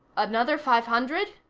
another five hundred?